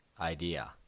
idea